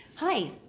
Hi